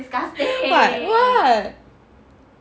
what what